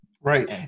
Right